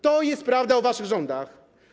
To jest prawda o waszych rządach.